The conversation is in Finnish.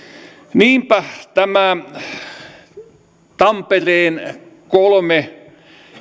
niinpä tällä tampereen t kolme